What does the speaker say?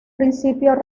principal